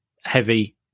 heavy